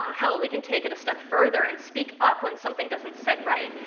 um hell, we can take it a step further and speak up when something doesn't sit right.